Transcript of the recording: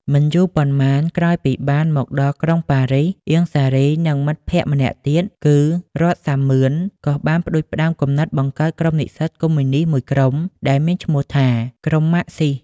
មិនយូរប៉ុន្មាន ក្រោយពីបានមកដល់ក្រុងប៉ារីស អៀង សារី និងមិត្តភ័ក្តិម្នាក់ទៀត គឺ រ័ត្ន សាមឿន ក៏បានផ្តួចផ្តើមគំនិតបង្កើតក្រុមនិស្សិតកុម្មុយនិស្តមួយក្រុម ដែលមានឈ្មោះថា “ក្រុមម៉ាក់ស៊ីស”។